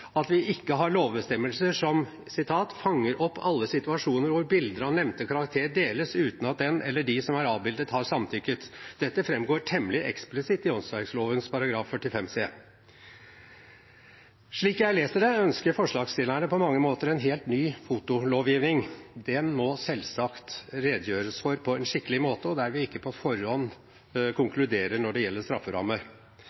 at vi ikke har lovbestemmelser som «fanger opp alle situasjoner hvor bilder av nevnte karakter deles uten at den eller de som er avbildet har samtykket». Dette framgår temmelig eksplisitt i åndsverkloven § 45c. Slik jeg leser det, ønsker forslagsstillerne på mange måter en helt ny fotolovgivning. Den må selvsagt utredes på en skikkelig måte, der vi ikke på forhånd